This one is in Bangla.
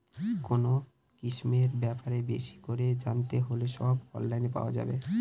কোনো স্কিমের ব্যাপারে বেশি করে জানতে হলে সব অনলাইনে পাওয়া যাবে